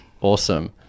Awesome